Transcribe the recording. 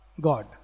God